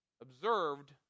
Observed